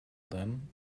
then